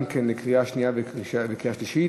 גם כן לקריאה השנייה ולקריאה שלישית.